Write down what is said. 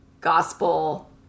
gospel